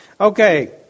Okay